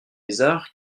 mézard